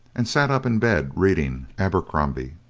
and sat up in bed reading abercrombie.